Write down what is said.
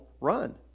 run